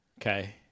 okay